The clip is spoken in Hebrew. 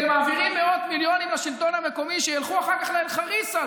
אתם מעבירים מאות מיליונים לשלטון המקומי שילכו אחר כך לאלחריסה,